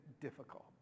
difficult